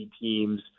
teams